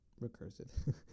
recursive